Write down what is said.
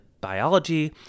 biology